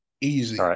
Easy